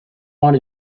want